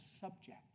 subject